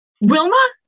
Wilma